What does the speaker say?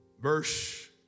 Verse